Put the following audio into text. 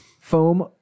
Foam